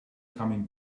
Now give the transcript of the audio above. coming